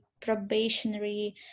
probationary